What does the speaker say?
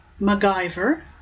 MacGyver